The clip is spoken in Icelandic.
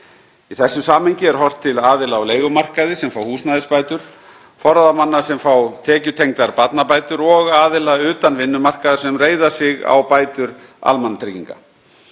Í því samhengi er horft til aðila á leigumarkaði sem fá húsnæðisbætur, forráðamanna sem fá tekjutengdar barnabætur og aðila utan vinnumarkaðar sem reiða sig á bætur almannatrygginga.